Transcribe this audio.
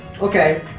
okay